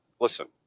listen